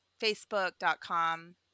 facebook.com